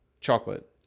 chocolate